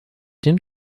den